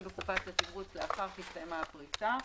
בקופת התמרוץ לאחר שהסתיימה הפריסה.